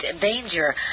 danger